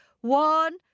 One